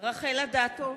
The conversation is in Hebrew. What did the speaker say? מצביע רחל אדטו,